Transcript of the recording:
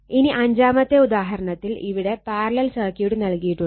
ഇനി അഞ്ചാമത്തെ ഉദാഹരണത്തിൽ ഇവിടെ പാരലൽ സർക്യൂട്ട് നൽകിയിട്ടുണ്ട്